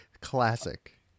classic